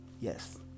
Yes